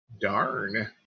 Darn